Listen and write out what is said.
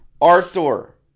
Arthur